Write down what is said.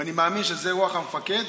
ואני מאמין שזו רוח המפקד.